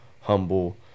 humble